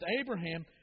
Abraham